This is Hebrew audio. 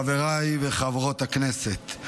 חברי וחברות הכנסת,